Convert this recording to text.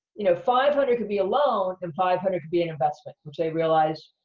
you know, five hundred could be a loan, and five hundred could be an investment, which they realize,